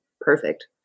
perfect